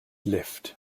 lift